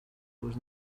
was